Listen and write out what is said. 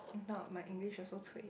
if not my English also cui